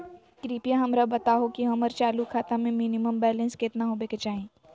कृपया हमरा बताहो कि हमर चालू खाता मे मिनिमम बैलेंस केतना होबे के चाही